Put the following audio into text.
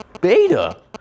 Beta